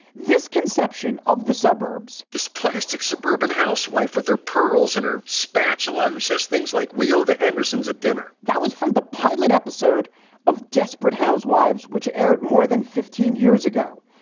this conception of the suburbs, this classic suburban housewife with their pearls and her spatula who says things like, well, the hendersons at dinner that was from the pilot episode of desperate housewives, which aired more than fifteen years ago.